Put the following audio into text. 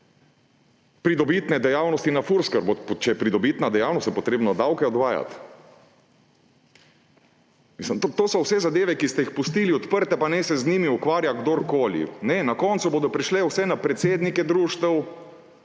pridobitne dejavnosti na Furs? Ker če je pridobitna dejavnost, je potrebno davke odvajati. To so vse zadeve, ki ste jih pustili odprte pa naj se z njimi ukvarja kdorkoli. Ne! Na koncu bodo prešle vse na predsednike društev,